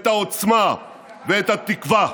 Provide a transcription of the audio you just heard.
את העוצמה ואת התקווה?